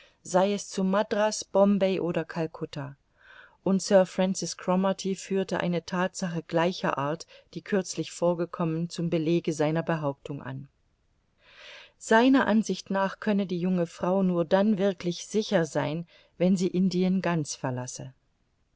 sei es zu madras bombay oder calcutta und sir francis cromarty führte eine thatsache gleicher art die kürzlich vorgekommen zum belege seiner behauptung an seiner ansicht nach könne die junge frau nur dann wirklich sicher sein wenn sie indien ganz verlasse